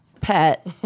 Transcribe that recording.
pet